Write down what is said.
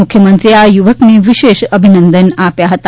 મુખ્યમંત્રીશ્રીએ આ યુવકને વિશેષ અભિનંદન આપ્યા હતા